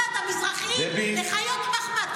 הפכת את המזרחים לחיות מחמד.